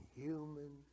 human